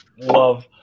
love